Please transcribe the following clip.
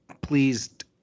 pleased